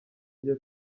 igihe